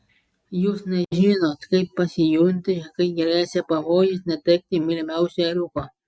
jūs nežinot kaip pasijunti kai gresia pavojus netekti mylimiausio ėriuko